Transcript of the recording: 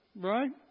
right